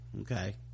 Okay